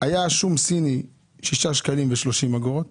מחיר של שום סיני היה 6.30 שקלים ומחיר של